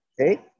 Okay